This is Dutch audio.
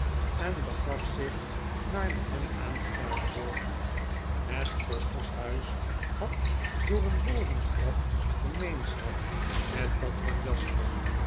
en begafzich naar de hem aangeduide woning het kostershuis had door een boventrap gemeenschap met dat van jasper